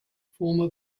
former